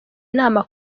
inama